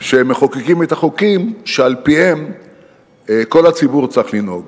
שמחוקקים את החוקים שעל-פיהם כל הציבור צריך לנהוג.